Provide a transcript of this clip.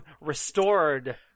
restored